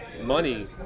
money